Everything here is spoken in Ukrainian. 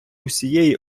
усієї